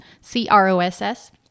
C-R-O-S-S